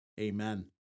Amen